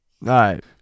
right